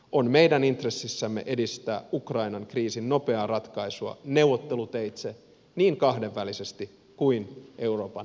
on meidän intresseissämme edistää ukrainan kriisin nopeaa ratkaisua neuvotteluteitse niin kahdenvälisesti kuin euroopan unioninkin kautta